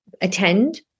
attend